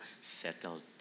settled